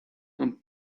and